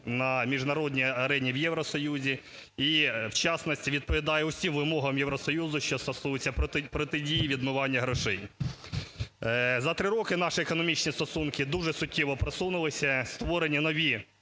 на міжнародній арені в Євросоюзі, і в часності відповідає усім вимогам Євросоюзу, що стосується протидії відмивання грошей. За три роки наші економічні стосунки дуже суттєво просунулися, створені нові